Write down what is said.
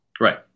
Right